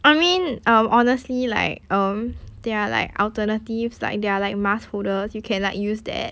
I mean um honestly like um there are like alternatives like there are like mask holders you can like use that